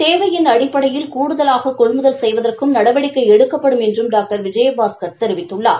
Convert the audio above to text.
தேவையின் அடிப்படையில் கூடுதலாக கொள்முதல் செய்வதற்கும் நடவடிக்கை எடுக்கப்படும் என்று டாக்டர் விஜயபாஸ்கர் தெரிவித்துள்ளார்